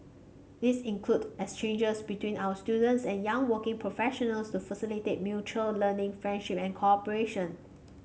these include exchanges between our students and young working professionals to facilitate mutual learning friendship and cooperation